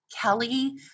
Kelly